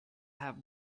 have